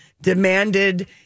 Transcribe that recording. demanded